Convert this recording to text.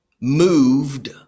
moved